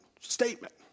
statement